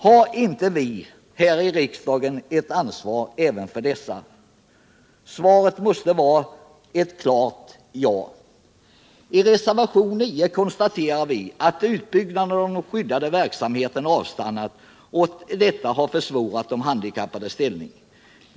Har inte vi här i riksdagen ett ansvar för dessa? Svaret måste vara ett klart ja! I reservationen 9 konstaterar vi att utbyggnaden av den skyddade verksamheten avstannat och att detta har försvårat de handikappades ställning.